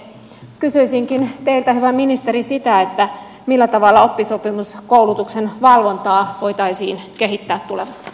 kysyisinkin teiltä hyvä ministeri sitä millä tavalla oppisopimuskoulutuksen valvontaa voitaisiin kehittää tulevaisuudessa